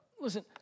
Listen